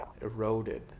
eroded